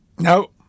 No